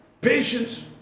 patience